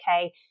okay